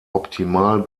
optimal